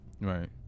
Right